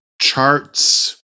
charts